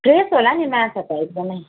fresh होला नि माछा त एकदमै